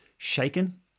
shaken